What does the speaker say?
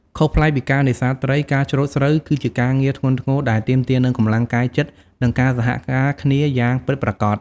ខុសប្លែកពីការនេសាទត្រី ការច្រូតស្រូវគឺជាការងារធ្ងន់ធ្ងរដែលទាមទារនូវកម្លាំងកាយចិត្តនិងការសហការគ្នាយ៉ាងពិតប្រាកដ។